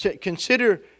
Consider